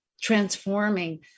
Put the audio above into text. transforming